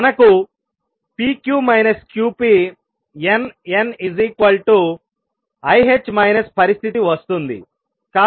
మనకు n n i పరిస్థితి వస్తుంది